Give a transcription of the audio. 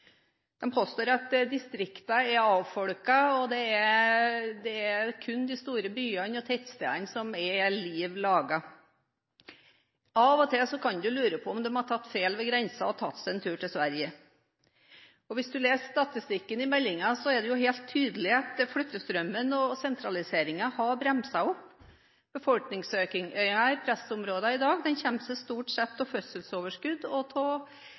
at det kun er de store byene og tettstedene som er liv laga. Av og til kan man lure på om de har tatt feil ved grensen og tatt seg en tur til Sverige. Hvis man leser statistikken i meldingen, er det helt tydelig at flyttestrømmen og sentraliseringen har bremset opp. Befolkningsøkningen i pressområdene i dag kommer stort sett av fødselsoverskudd